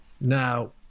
Now